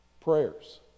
prayers